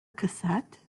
cassette